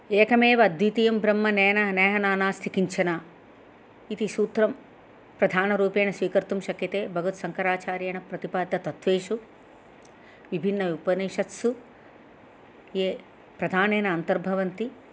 एकमेव अद्वितीयं ब्रह्म नेह नानास्ति किञ्चन इति सूत्रं प्रधानरूपेण स्वीकर्तुं शक्यते भगवत्शङ्कराचार्येण प्रतिपादित विभिन्न उपनिषत्सु ये प्रधानेन अन्तर्भवन्ति